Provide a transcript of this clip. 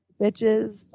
bitches